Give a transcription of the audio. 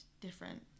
different